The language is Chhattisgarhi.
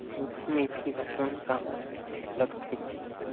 मेंथी ला कोन सा महीन लगथे?